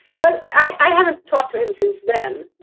well, i haven't talked to him since then.